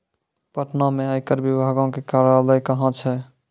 पटना मे आयकर विभागो के कार्यालय कहां छै?